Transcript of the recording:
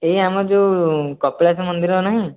ଏଇ ଆମର ଯେଉଁ କପିଳାସ ମନ୍ଦିର ନାହିଁ